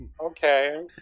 Okay